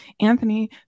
Anthony